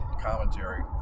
Commentary